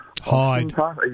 Hi